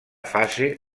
fase